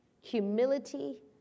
Humility